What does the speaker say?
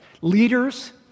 Leaders